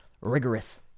rigorous